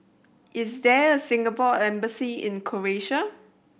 is there a Singapore Embassy in Croatia